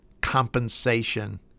compensation